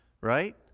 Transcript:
right